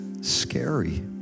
Scary